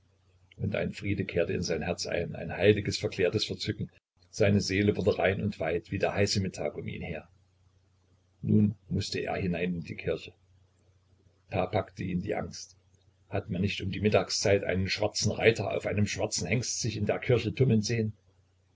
und ein friede kehrte in sein herz ein ein heiliges verklärtes verzücken seine seele wurde rein und weit wie der heiße mittag um ihn her nun mußte er hinein in die kirche da packte ihn angst hat man nicht um die mittagszeit einen schwarzen reiter auf einem schwarzen hengst sich in der kirche tummeln gesehen